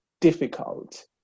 difficult